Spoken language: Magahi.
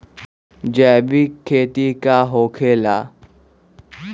जैविक खेती का होखे ला?